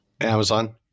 Amazon